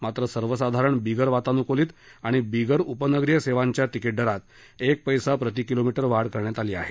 मात्र सर्वसाधारण बिगर वातानुकूलीत आणि बिगर उपनगरीय सेवांच्या तिकिटदरात एक पैसा प्रती किलोमीटर वाढ करण्यात आली आहे